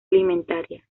alimentaria